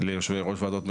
ליושבי ראש ועדות מרחביות,